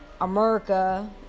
America